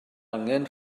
angen